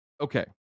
Okay